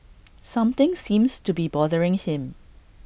something seems to be bothering him